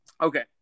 Okay